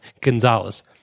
Gonzalez